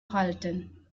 halten